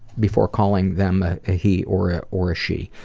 before calling them a he or ah or a she.